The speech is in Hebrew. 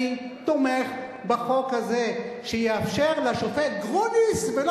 אני תומך בחוק הזה שיאפשר לשופט גרוניס ולא